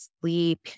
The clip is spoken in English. sleep